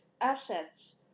assets